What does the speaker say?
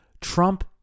Trump